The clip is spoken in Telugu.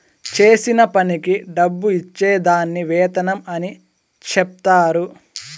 చేసిన పనికి డబ్బు ఇచ్చే దాన్ని వేతనం అని చెప్తారు